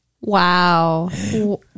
Wow